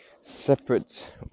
separate